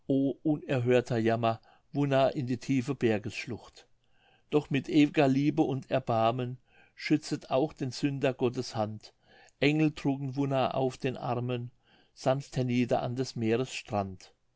unerhörter jammer wunna in die tiefe bergesschlucht doch mit ew'ger liebe und erbarmen schützet auch den sünder gottes hand engel trugen wunna auf den armen sanft hernieder an des meeres strand